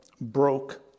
broke